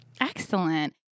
Excellent